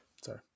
sorry